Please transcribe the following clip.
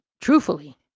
truthfully